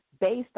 based